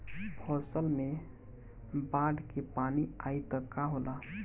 फसल मे बाढ़ के पानी आई त का होला?